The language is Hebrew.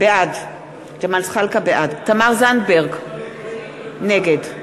בעד תמר זנדברג, נגד נגד,